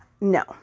No